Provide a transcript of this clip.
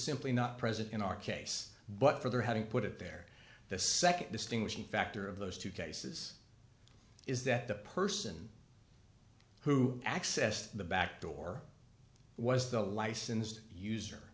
simply not present in our case but for there having put it there the nd distinguishing factor of those two cases is that the person who accessed the back door was the licensed user